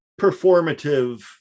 Performative